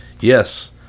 Yes